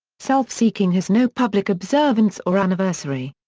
self-seeking has no public observance or anniversary.